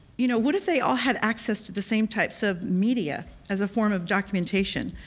you know what if they all had access to the same types of media as a form of documentation?